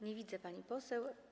Nie widzę pani poseł.